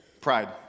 pride